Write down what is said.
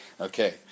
okay